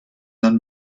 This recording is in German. dann